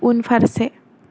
उनफारसे